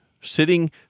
sitting